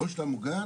או שאתה מוגן,